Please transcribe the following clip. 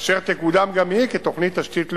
אשר תקודם גם היא כתוכנית תשתית לאומית.